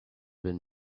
been